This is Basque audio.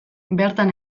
bertan